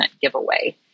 giveaway